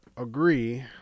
agree